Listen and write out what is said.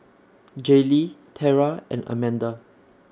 Jaylee Tera and Amanda